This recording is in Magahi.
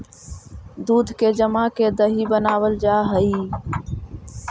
दूध के जमा के दही बनाबल जा हई